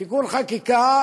תיקון חקיקה.